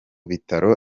bitaro